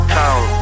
town